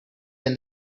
than